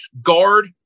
guard